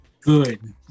Good